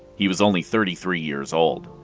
he was only thirty three years old.